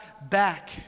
back